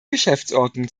geschäftsordnung